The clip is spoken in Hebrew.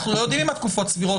אנחנו לא יודעים אם התקופות סבירות,